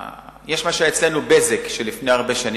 יש מה שהיה אצלנו "בזק" של לפני הרבה שנים.